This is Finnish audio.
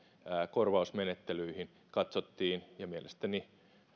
korvausmenettelyihin ja mielestäni